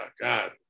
God